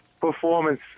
performance